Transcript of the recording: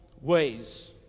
ways